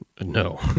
No